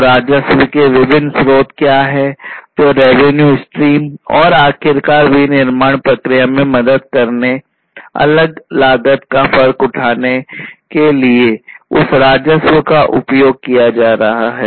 तो राजस्व के विभिन्न स्रोत क्या हैं जो रेवेन्यू स्ट्रीम है और आखिरकार विनिर्माण प्रक्रिया में मदद करने अलग लागत का फर्क उठाने के लिए उस राजस्व का उपयोग किया जा रहा है